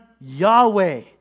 Yahweh